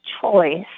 choice